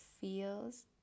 feels